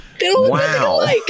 wow